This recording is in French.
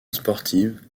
sportive